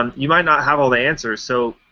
um you might not have all the answers. so,